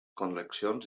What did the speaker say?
col·leccions